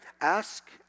ask